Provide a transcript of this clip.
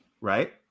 Right